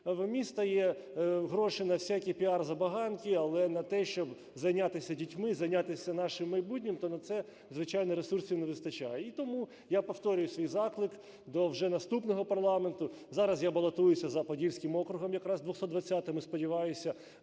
В міста є гроші на всякі піар-забаганки, але на те, щоб зайнятися дітьми, зайнятися нашим майбутнім, то на це, звичайно, ресурсів не вистачає. І тому я повторюю свій заклик до вже наступного парламенту. Зараз я балотуюся за подільським округом якраз 220-м і сподіваюся